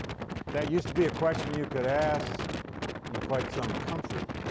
that used to be a question you could ask in quite some comfort.